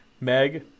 Meg